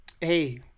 hey